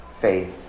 Faith